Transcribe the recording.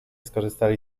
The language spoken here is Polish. skorzystali